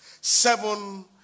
Seven